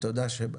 תודה שבאת.